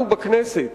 אנחנו בכנסת